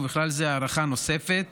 ובכלל זה דחייה נוספת